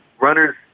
runners